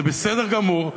זה בסדר גמור,